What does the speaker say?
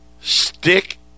Stick